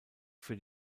für